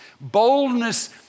Boldness